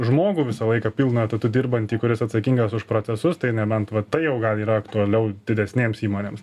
žmogų visą laiką pilnu etatu dirbantį kuris atsakingas už procesus tai nebent vat tai jau gal yra aktualiau didesnėms įmonėms